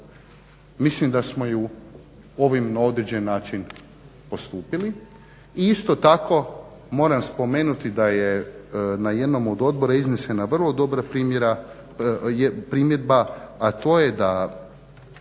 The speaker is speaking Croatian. mislim da smo ju ovim na određeni način postupili. I isto tako moram spomenuti da je na jednom od odbora iznesena vrlo dobra primjedba, a to je da